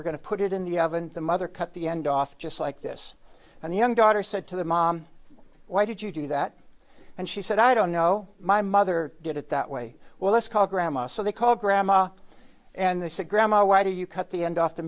we're going to put it in the oven the mother cut the end off just like this and the young daughter said to the mom why did you do that and she said i don't know my mother did it that way well let's call grandma so they called grandma and they said grandma why do you cut the